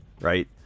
right